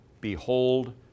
Behold